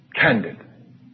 Candid